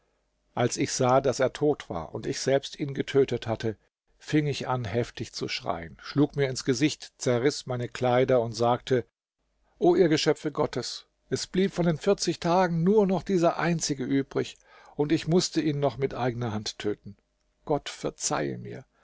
als ich sah daß er tot war und ich selbst ihn getötet hatte fing ich an heftig zu schreien schlug mir ins gesicht zerriß meine kleider und sagte o ihr geschöpfe gottes es blieb von den tagen nur noch dieser einzige übrig und ich mußte ihn noch mit eigener hand töten gott verzeihe mir